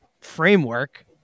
framework